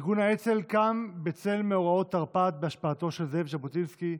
ארגון האצ"ל קם בצל מאורעות תרפ"ט בהשפעתו של זאב ז'בוטינסקי,